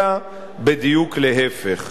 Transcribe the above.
אלא בדיוק להיפך.